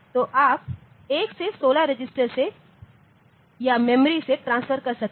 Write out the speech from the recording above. तो आप 1 से 16 रजिस्टरों से या मेमोरी से ट्रांसफर कर सकते हैं